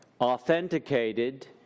authenticated